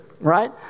right